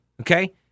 Okay